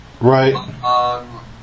Right